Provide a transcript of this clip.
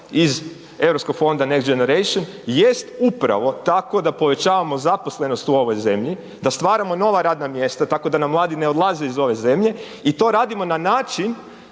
iz europskog fonda …/Govornik se ne razumije/…jest upravo tako da povećavamo zaposlenost u ovoj zemlji, da stvaramo nova radna mjesta da nam mladi ne odlaze iz ove zemlje i to radimo na način